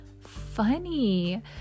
funny